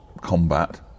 combat